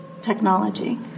technology